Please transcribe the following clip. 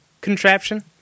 contraption